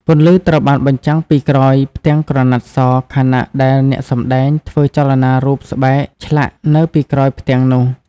ពន្លឺត្រូវបានបញ្ចាំងពីក្រោយផ្ទាំងក្រណាត់ស ខណៈដែលអ្នកសម្តែងធ្វើចលនារូបស្បែកឆ្លាក់នៅពីក្រោយផ្ទាំងនោះ។